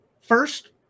First